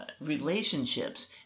relationships